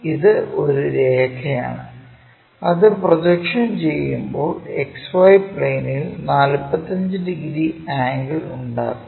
ഇത് ഒരു രേഖയാണ് അത് പ്രൊജക്ഷൻ ചെയ്യുമ്പോൾ XY പ്ലെയിനിൽ 45 ഡിഗ്രി ആംഗിൾ ഉണ്ടാക്കും